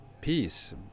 peace